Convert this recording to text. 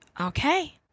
Okay